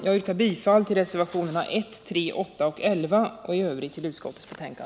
Jag yrkar bifall till reservationerna 1, 3, 8 och 11 och i övrigt bifall till utskottets hemställan.